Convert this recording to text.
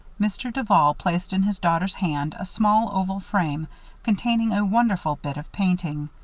mr. duval placed in his daughter's hand a small oval frame containing a wonderful bit of painting.